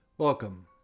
Welcome